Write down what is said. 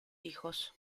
hijos